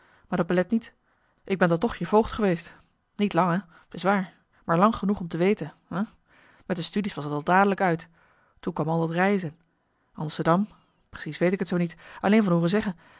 maar dat belet niet ik ben dan toch je voogd geweest niet lang hè t is waar maar lang genoeg om te weten hè met de studies was t al dadelijk uit toen kwam al dat reizen amsterdam precies weet ik t zoo niet alleen van hooren zeggen